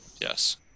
yes